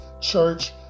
church